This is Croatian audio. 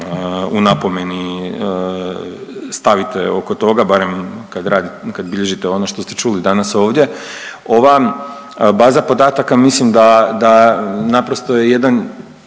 u napomeni stavite oko toga barem kad radite, kad bilježite ono što ste čuli danas ovdje. Ova baza podatka mislim da, da naprosto je jedan